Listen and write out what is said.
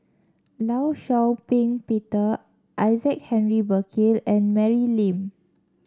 Law Shau Ping Peter Isaac Henry Burkill and Mary Lim